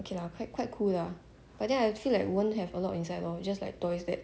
okay lah quite quite cool lah but then I feel like won't have a lot inside lor just like toys that